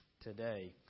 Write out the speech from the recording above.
today